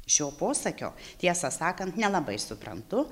šio posakio tiesą sakant nelabai suprantu